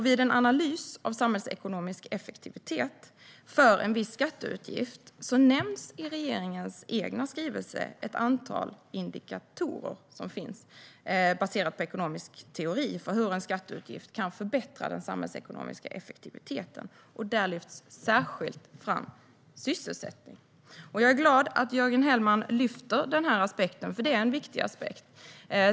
Vid en analys av samhällsekonomisk effektivitet för en viss skatteutgift nämns i regeringens egen skrivelse ett antal indikatorer som finns baserat på ekonomisk teori för hur en skatteutgift kan förbättra den samhällsekonomiska effektiviteten. Där lyfts särskilt sysselsättning fram. Jag är glad över att Jörgen Hellman lyfter fram denna aspekt, eftersom det är en viktig aspekt.